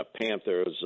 Panthers